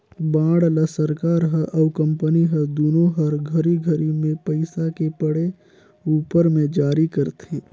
bond ल सरकार हर अउ कंपनी हर दुनो हर घरी घरी मे पइसा के पड़े उपर मे जारी करथे